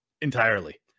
entirely